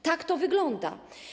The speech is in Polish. Tak to wygląda.